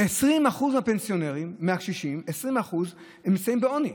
20% מהפנסיונרים, מהקשישים, נמצאים בעוני.